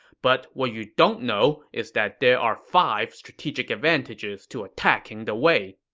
but what you don't know is that there are five strategic advantages to attacking the wei.